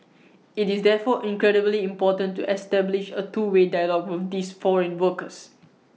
IT is therefore incredibly important to establish A two way dialogue with these foreign workers